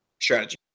strategy